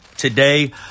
Today